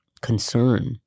concern